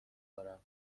دارم